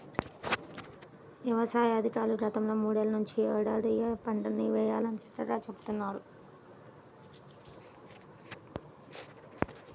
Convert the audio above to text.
యవసాయ అధికారులు గత మూడేళ్ళ నుంచి యే ఏడాది ఏయే పంటల్ని వేయాలో చక్కంగా చెబుతున్నారు